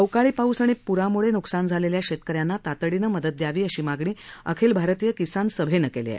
अवकाळी पाऊस आणि प्रामुळं नुकसान झालेल्या शेतक यांना तातडीनं मदत दयावी अशी मागणी अखिल भारतीय किसान सभैनं केली आहे